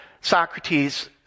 Socrates